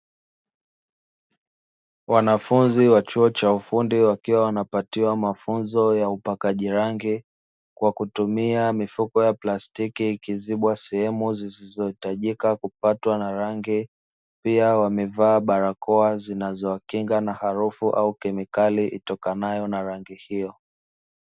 Wanafunzi wa chuo cha ufundi wakiwa wanapatiwa mafunzo ya upakaji rangi, kwa kutumia mifuko ya plastiki ikizibwa sehemu zilizohitajika kupatwa na rangi, pia wamevaa barakoa zinazowakinga na harufu au kemikali itokayo na rangi hiyo.